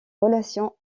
relations